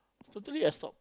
totally I stop